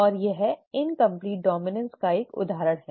और यह incomplete dominance का एक उदाहरण है